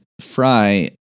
fry